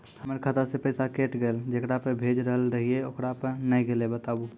हमर खाता से पैसा कैट गेल जेकरा पे भेज रहल रहियै ओकरा पे नैय गेलै बताबू?